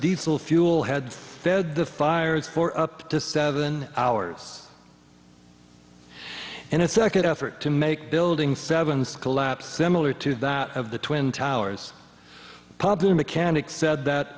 diesel fuel had fed the fires for up to seven hours and its second effort to make building seven's collapse similar to that of the twin towers popular mechanic